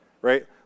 right